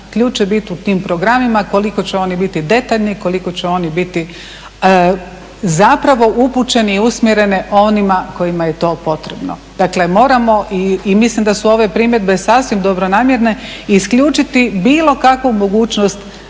ključ će biti u tim programima, koliko će oni biti detaljni, koliko će oni biti zapravo upućeni i usmjerene onima kojima je to potrebno. Dakle, moramo i mislim da su ove primjedbe sasvim dobronamjerne isključiti bilo kakvu mogućnost,